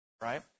Right